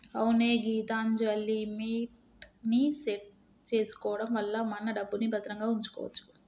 అవునే గీతాంజలిమిట్ ని సెట్ చేసుకోవడం వల్ల మన డబ్బుని భద్రంగా ఉంచుకోవచ్చు